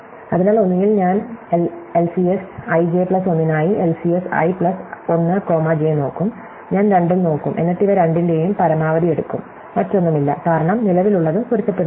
അതിനാൽ ഒന്നുകിൽ ഞാൻ എൽസിഎസ് ഐ ജെ പ്ലസ് 1 നായി LCS I plus 1 comma J നോക്കും ഞാൻ രണ്ടും നോക്കും എന്നിട്ട് ഇവ രണ്ടിന്റെയും പരമാവധി എടുക്കും മറ്റൊന്നും ഇല്ല കാരണം നിലവിലുള്ളത് പൊരുത്തപ്പെടുന്നില്ല